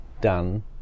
done